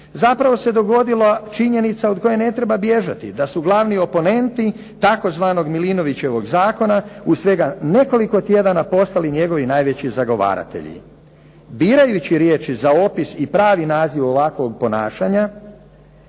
Zapravo se dogodila činjenica od koje ne treba bježati, da su glavni oponenti tzv. Milinovićevog zakona u svega nekoliko tjedana postali njegovi najveći zagovaratelji. Birajući riječi za opis i pravi naziv ovakvog ponašanja